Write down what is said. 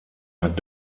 hat